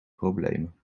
problemen